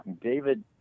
David